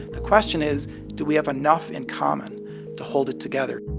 the question is do we have enough in common to hold it together